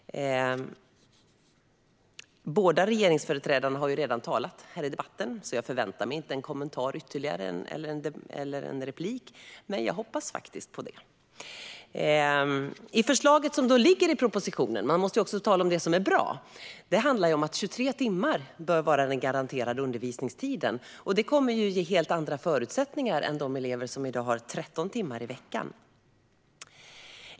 Båda regeringsföreträdarna har redan talat här i debatten, så jag förväntar mig inte en ytterligare kommentar eller en replik. Men jag hoppas på det. Man måste också tala om det som är bra. Förslaget som ligger i propositionen handlar om att 23 timmar bör vara den garanterade undervisningstiden. Det kommer att ge helt andra förutsättningar än för de elever som i dag har 13 timmar i veckan.